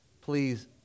Please